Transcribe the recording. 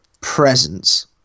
Presence